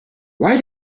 why